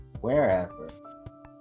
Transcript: wherever